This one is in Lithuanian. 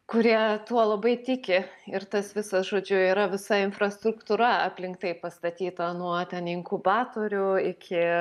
kurie tuo labai tiki ir tas visas žodžiu yra visa infrastruktūra aplink tai pastatyta nuo ten inkubatorių iki